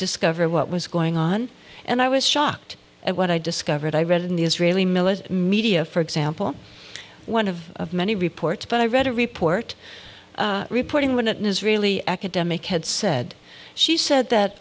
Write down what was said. discover what was going on and i was shocked at what i discovered i read in the israeli military media for example one of many reports but i read a report reporting when an israeli academic had said she said that